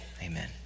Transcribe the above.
amen